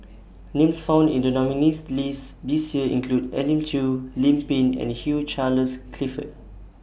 Names found in The nominees list This Year include Elim Chew Lim Pin and Hugh Charles Clifford